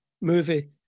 movie